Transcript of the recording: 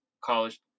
college